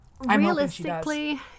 Realistically